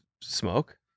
smoke